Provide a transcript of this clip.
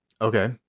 Okay